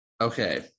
Okay